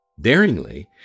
Daringly